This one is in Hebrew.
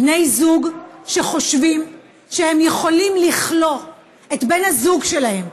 בני זוג שחושבים שהם יכולים לכלוא את בן הזוג שלהם,